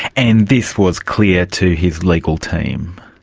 and this was clear to his legal team?